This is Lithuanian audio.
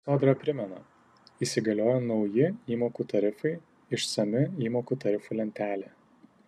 sodra primena įsigaliojo nauji įmokų tarifai išsami įmokų tarifų lentelė